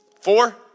four